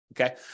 Okay